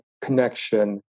connection